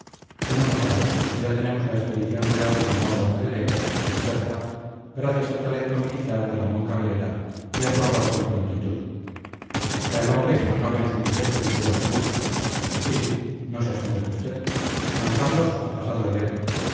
en una palabra ya tenemos la expedición real del lado acá del ebro en cherta gracias al talento militar de ramón cabrera y a su arrojo y prontitud está el hombre que no cabe en su pellejo de puro orgulloso sí sí no se asombre usted don carlos ha pasado el ebro